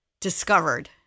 discovered